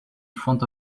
front